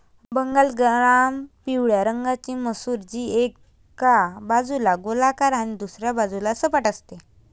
Bengal gram पिवळ्या रंगाची मसूर, जी एका बाजूला गोलाकार आणि दुसऱ्या बाजूला सपाट असते